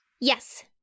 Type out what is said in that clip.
Yes